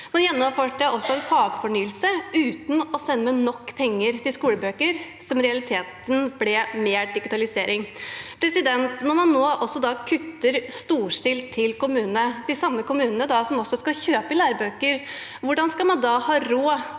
Man gjennomførte også en fagfornyelse uten å sende med nok penger til skolebøker, som i realiteten ble mer digitalisering. Når man nå kutter storstilt til kommunene, de samme kommunene som skal kjøpe lærebøker, hvordan skal man da ha råd